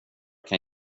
kan